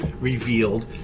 revealed